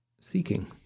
seeking